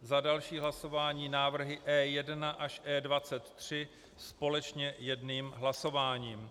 Za další hlasování návrhy E1 až E23 společně jedním hlasováním.